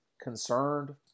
concerned